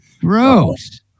Gross